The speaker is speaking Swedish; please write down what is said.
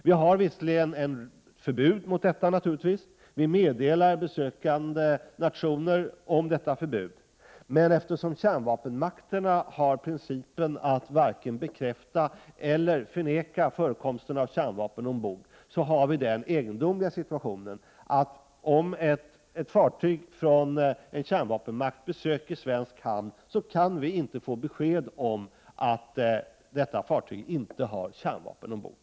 Vi har visserligen förbud mot sådan införsel, och vi meddelar besökande nationer om detta förbud, men eftersom kärnvapenmakterna har den principen att varken bekräfta eller förneka förekomsten av kärnvapen ombord, har vi den egendomliga situationen att om ett fartyg från en kärnvapenmakt besöker svensk hamn, kan vi inte få besked om att detta fartyg inte har kärnvapen ombord.